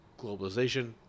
globalization